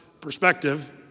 perspective